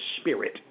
spirit